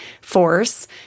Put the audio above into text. force